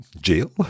jail